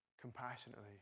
compassionately